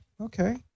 Okay